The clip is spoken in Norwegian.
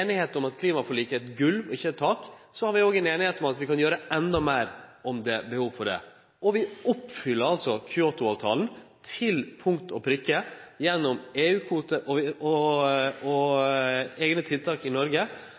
semje om at klimaforliket er eit golv og ikkje eit tak, så er vi òg samde om at vi kan gjere enda meir om det er behov for det. Vi oppfyller altså Kyoto-avtalen – til punkt og prikke – gjennom EU-kvotar og eigne tiltak i Noreg.